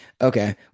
Okay